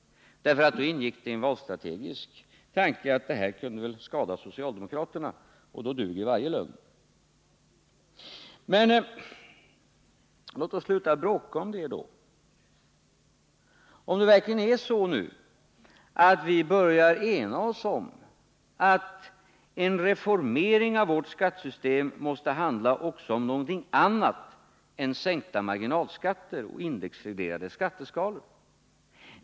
Denna underlåtenhet var ett utslag av en valstrategisk tanke om att sådana påståenden kunde skada socialdemokraterna, och då kunde varje lögn passera. Men låt oss då sluta bråka om detta, om vi nu verkligen börjar ena oss om att en reformering av vårt skattesystem måste handla också om något annat än sänkning av marginalskatter och indexreglering av skatteskalor!